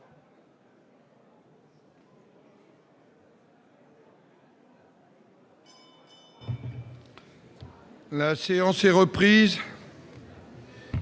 La séance est reprise.